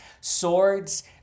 swords